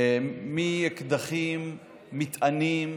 אקדחים, מטענים,